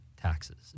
taxes